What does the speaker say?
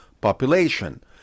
population